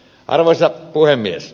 arvoisa puhemies